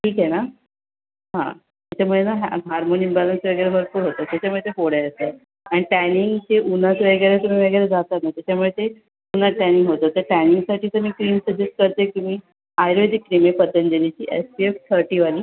ठीक आहे ना हां त्याच्यामुळे ह्या हार्मोन ईम्बॅलन्स त्याच्यात भरपूर होतो त्याच्यामुळे त्या फोड येतात अँड टॅनिंग ते उन्हात वगैरे तुम्ही वगैरे जातात ना त्याच्यामुळे ते उन्हाच्या याने होतं ते टॅनिंगसाठी तर मी क्रीम सजेस्ट करते तुम्ही आयुर्वेदिक क्रीम आहे पतंजलीची एस पी एफ थर्टीवाली